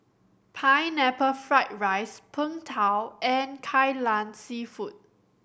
Pineapple Fried rice Png Tao and Kai Lan Seafood